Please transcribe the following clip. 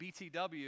BTW